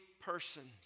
persons